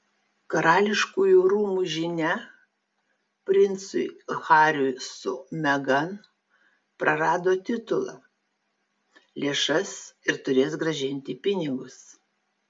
karališkųjų rūmų žinia princui hariui su megan prarado titulą lėšas ir turės grąžinti pinigus